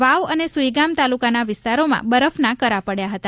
વાવ અને સુઇગામ તાલુકાના વિસ્તારોમાં બરફના કરા પડયા હતા